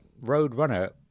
Roadrunner